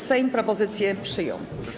Sejm propozycję przyjął.